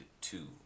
two